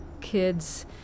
kids